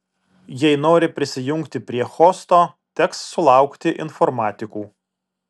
jei nori prisijungti prie hosto teks sulaukti informatikų